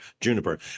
juniper